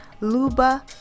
Luba